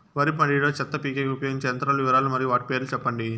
వరి మడి లో చెత్త పీకేకి ఉపయోగించే యంత్రాల వివరాలు మరియు వాటి రేట్లు చెప్పండి?